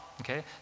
okay